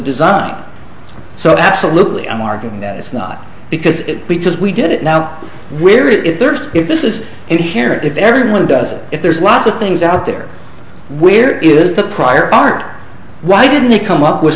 design so absolutely i'm arguing that it's not because it because we did it now where if there's if this is inherent if everyone does it if there's lots of things out there where is the prior art why didn't he come up with